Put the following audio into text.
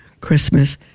Christmas